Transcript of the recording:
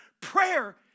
prayer